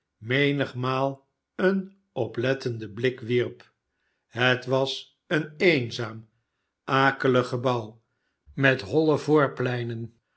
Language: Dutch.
menigmaal een oplettenden blik wierp het was een eenzaam akelig gebouw met nolle